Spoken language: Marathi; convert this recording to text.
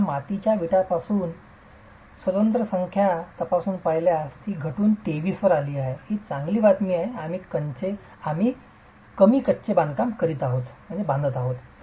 6 मातीच्या विटापासून स्वतंत्र संख्या तपासून पाहिल्यास ती घटून 23 वर आली आहे ही चांगली बातमी आहे आम्ही कमी कच्चे बांधकामे बांधत आहोत